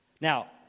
Now